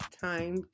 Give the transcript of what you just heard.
Time